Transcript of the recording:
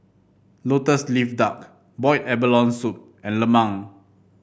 lotus leaf duck Boiled Abalone Soup and lemang